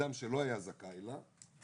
לאדם שלא היה זכאי לה,